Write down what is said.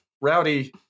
Rowdy